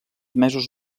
mesos